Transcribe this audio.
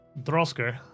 Drosker